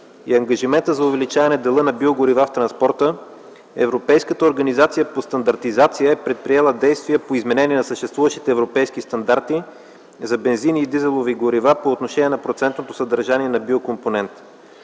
и ангажимента за увеличаване дела на биогорива в транспорта Европейската организация по стандартизация е предприела действия по изменение на съществуващите европейски стандарти за бензин и дизелови горива по отношение на процентното съдържание на биокомпонента.